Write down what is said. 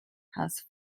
has